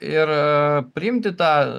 ir priimti tą